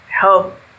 help